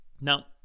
Now